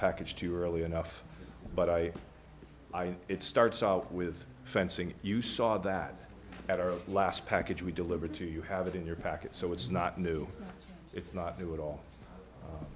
package too early enough but i i it starts out with fencing you saw that at our last package we delivered to you have it in your packet so it's not new it's not new at all